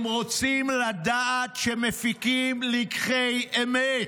הם רוצים לדעת שמפיקים לקחי אמת.